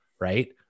right